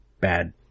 bad